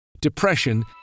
depression